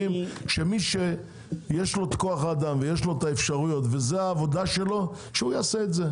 שמי שיש לו כוח האדם ויש לו האפשרויות וזו העבודה שלו שהוא יעש את זה.